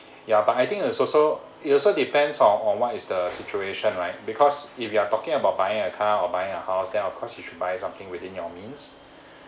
ya but I think there's also it also depends on on what is the situation right because if you're talking about buying a car or buying a house then of course you should buy something within your means